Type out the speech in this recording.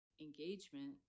engagement